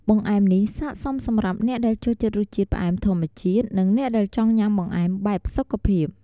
បង្អែមនេះស័ក្តិសមសម្រាប់អ្នកដែលចូលចិត្តរសជាតិផ្អែមធម្មជាតិ និងអ្នកដែលចង់ញ៉ាំបង្អែមបែបសុខភាព។